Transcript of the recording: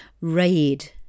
Raid